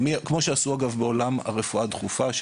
כמו שעשו בעולם הרפואה הדחופה,